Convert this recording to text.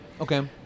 okay